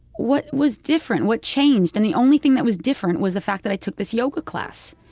what was different? what changed? and the only thing that was different was the fact that i took this yoga class.